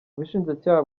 ubushinjacyaha